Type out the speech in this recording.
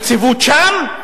יציבות שם,